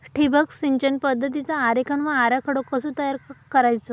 ठिबक सिंचन पद्धतीचा आरेखन व आराखडो कसो तयार करायचो?